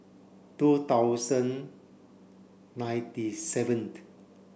two thousand ninety seventh